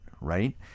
right